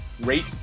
Rate